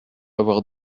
avoir